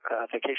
vacation